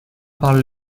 parlent